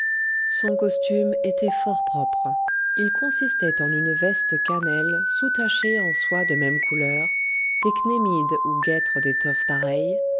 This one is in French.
son costume était fort propre il consistait en une veste cannelle soutachée en soie de même couleur des cnémides ou guêtres d'étoffe pareille